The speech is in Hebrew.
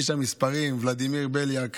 איש המספרים ולדימיר בליאק,